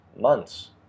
months